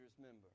member